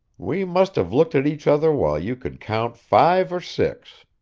we must have looked at each other while you could count five or six.